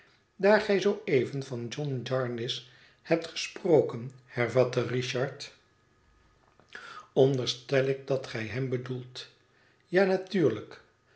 daar gij zoo even van john jarndy ce hebt gesproken hervatte richard onderstel ik dat gij hem bedoelt ja natuurlijk